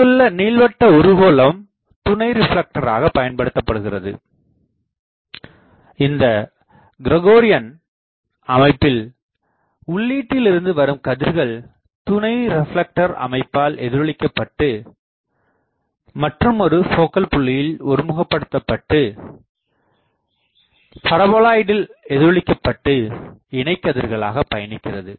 இங்குள்ள நீள்வட்ட உருகோளம் துணை ரிப்லெக்டராக பயன்படுத்தப்படுகிறது இந்த கிரகோரியன் அமைப்பில் உள்ளீட்டிலிருந்து வரும் கதிர்கள் துணை ரிப்லேக்டர் அமைப்பால் எதிரொளிக்கபட்டு மற்றுமொரு போக்கல் புள்ளியில் ஒருமுகப்படுத்தப்பட்டு பரபோலாய்டில் எதிரொளிக்கபட்டு இணை கதிர்களாக பயணிக்கிறது